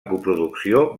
coproducció